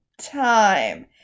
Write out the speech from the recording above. time